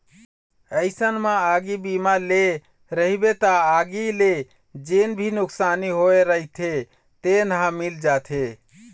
अइसन म आगी बीमा ले रहिबे त आगी ले जेन भी नुकसानी होय रहिथे तेन ह मिल जाथे